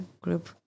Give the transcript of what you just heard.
group